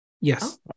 yes